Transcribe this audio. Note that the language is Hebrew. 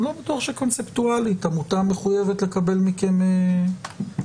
אני לא בטוח שקונספטואלית עמותה מחויבת לקבל מכם דוח.